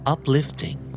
Uplifting